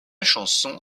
chanson